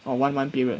or one month period